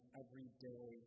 everyday